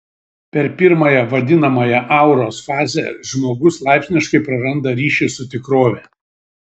per pirmąją vadinamąją auros fazę žmogus laipsniškai praranda ryšį su tikrove